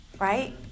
right